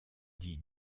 dits